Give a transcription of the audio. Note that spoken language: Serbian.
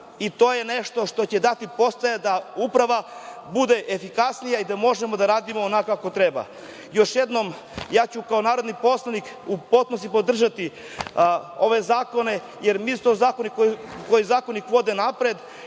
i to je nešto što će dati podsticaja da uprava bude efikasnija i da možemo da radimo onako kako treba. Još jednom, ja ću kao narodni poslanik u potpunosti podržati ove zakone, jer mislim da su to zakoni koji vode napred,